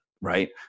right